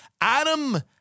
Adam